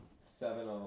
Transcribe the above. Seven